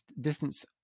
distance